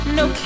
no